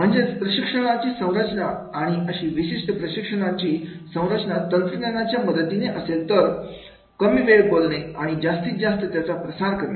म्हणजेच प्रशिक्षणाची संरचना आणि अशी विशिष्ट प्रशिक्षणाची संरचना तंत्रज्ञानाच्या मदतीने असेल तर कमी वेळ बोलणे आणि जास्तीत जास्त त्याचा प्रसार करणे